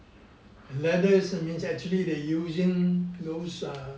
leathers means err actually they using those err